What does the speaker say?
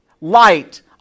light